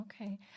okay